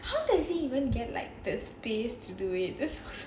how does he even get like the space to do it